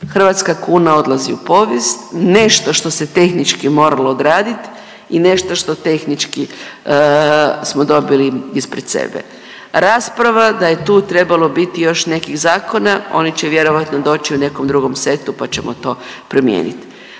hrvatska kuna odlazi u povijest, nešto što se tehnički moralo odradit i nešto što tehnički smo dobili ispred sebe, rasprava da je tu trebalo biti još nekih zakona, oni će vjerojatno doći u nekom drugom setu, pa ćemo to promijenit.